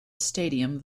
stadium